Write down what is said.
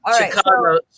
Chicago